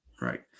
Right